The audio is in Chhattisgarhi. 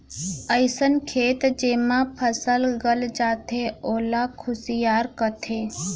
अइसन खेत जेमा फसल गल जाथे ओला खुसियार कथें